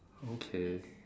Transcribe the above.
okay